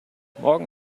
morgen